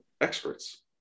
experts